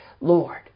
Lord